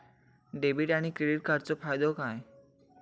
Debit आणि credit कार्डचो फायदो काय?